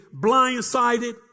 blindsided